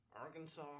Arkansas